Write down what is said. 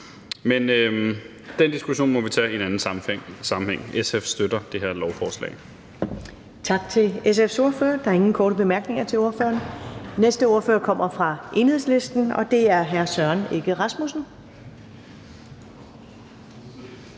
Men den diskussion må vi tage i en anden sammenhæng. SF støtter det her lovforslag.